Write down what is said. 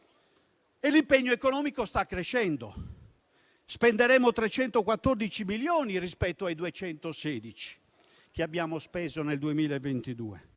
E l'impegno economico sta crescendo: spenderemo 314 milioni rispetto ai 216 che abbiamo speso nel 2022;